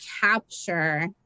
capture